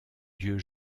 dieu